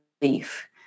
Belief